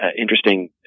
interesting